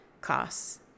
costs